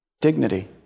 Dignity